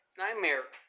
nightmare